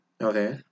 Okay